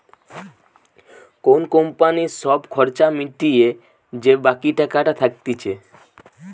কোন কোম্পানির সব খরচা মিটিয়ে যে বাকি টাকাটা থাকতিছে